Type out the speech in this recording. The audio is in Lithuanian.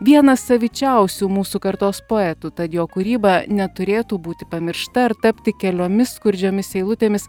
vienas savičiausių mūsų kartos poetų tad jo kūryba neturėtų būti pamiršta ar tapti keliomis skurdžiomis eilutėmis